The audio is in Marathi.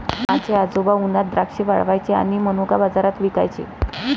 माझे आजोबा उन्हात द्राक्षे वाळवायचे आणि मनुका बाजारात विकायचे